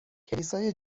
کلیسای